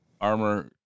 armor